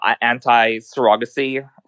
anti-surrogacy